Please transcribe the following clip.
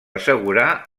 assegurar